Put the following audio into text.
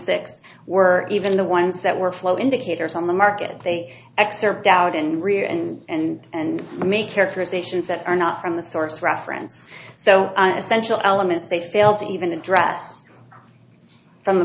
six were even the ones that were flow indicators on the market they excerpt out and rear end and and make characterizations that are not from the source reference so essential elements they fail to even address from the